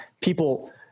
people